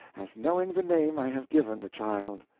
as knowing the name i have given the child.